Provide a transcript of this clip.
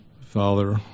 Father